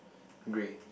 grey